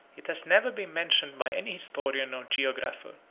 it has never been mentioned by any historian or geographer,